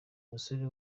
musore